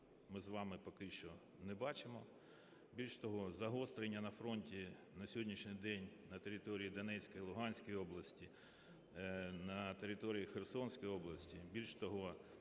ми з вами поки що не бачимо. Більш того, загострення на фронті на сьогоднішній день на території Донецької, Луганської областей, на території Херсонській області,